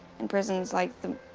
and prison's like the